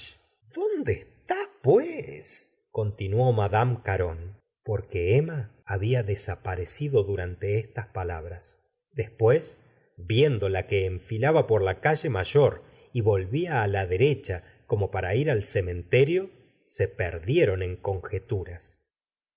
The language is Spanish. dónde está pues continuó madama caron porque emma había desaparecido durante estas palabras después viéndola que enfilaba por la calle mayor y vol vía á la derecha como para ir al cementerio se perdieron en conjeturas